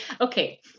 Okay